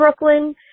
Brooklyn